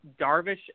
Darvish